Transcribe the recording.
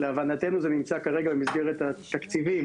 להבנתנו זה נמצא כרגע במסגרת התקציבים